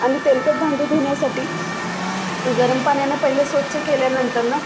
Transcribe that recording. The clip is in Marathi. आणि तेलकट भांडी धुण्यासाठी गरम पाण्यानं पहिले स्वच्छ केल्या नंतर